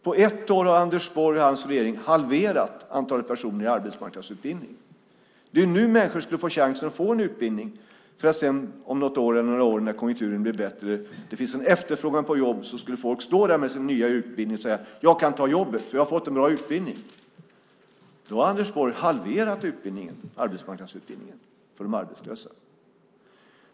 På ett år har Anders Borg och hans regering halverat antalet personer i arbetsmarknadsutbildning. Det är nu människor skulle få chansen att få en utbildning för att sedan om något år när konjunkturen blir bättre och det finns en efterfrågan på arbetskraft med sin nya utbildning kunna säga: Jag kan ta jobbet, jag har fått en bra utbildning. Nu har Anders Borg halverat arbetsmarknadsutbildningen för de arbetslösa.